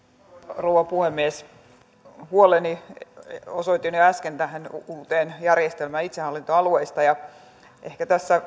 rouva puhemies huoleni osoitin jo äsken tähän uuteen järjestelmään itsehallintoalueista ja ehkä tässä